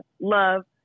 love